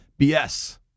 BS